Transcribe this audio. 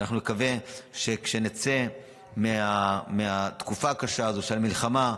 ואנחנו נקווה שנצא מהתקופה הקשה הזאת של המלחמה,